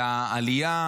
אלא עלייה